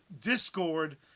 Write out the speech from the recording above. discord